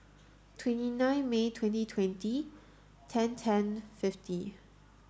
twenty nine May twenty twenty ten ten fifty